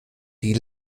die